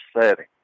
setting